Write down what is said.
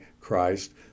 Christ